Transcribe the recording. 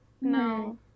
no